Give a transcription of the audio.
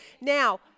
Now